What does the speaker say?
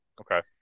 Okay